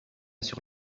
sur